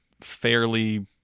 fairly